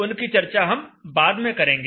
उनकी चर्चा हम बाद में करेंगे